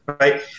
right